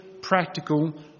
practical